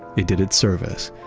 it did its service,